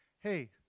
hey